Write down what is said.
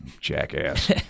jackass